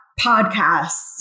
podcasts